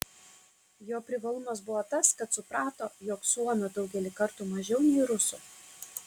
jo privalumas buvo tas kad suprato jog suomių daugelį kartų mažiau nei rusų